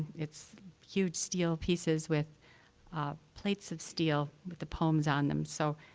it's huge steel pieces with plates of steel with the poems on them, so